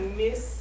miss